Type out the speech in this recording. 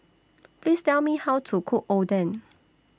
Please Tell Me How to Cook Oden